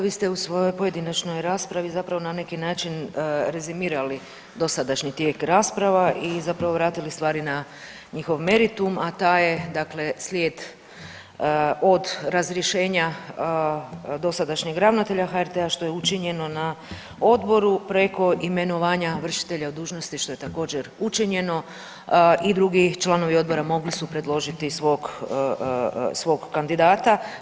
Vi ste u svojoj pojedinačnoj raspravi zapravo na neki način rezimirali dosadašnji tijek rasprava i zapravo vratili stvari na njihov meritum, a taj je dakle, slijed od razrješenja dosadašnjeg ravnatelja HRT-a što je učinjeno na Odboru preko imenovanja vršitelja dužnosti, što je također, učinjeno i drugi članovi Odbora mogli su predložiti svog kandidata.